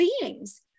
beings